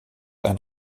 ein